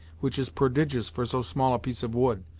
which is prodigious for so small a piece of wood,